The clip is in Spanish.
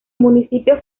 municipio